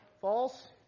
false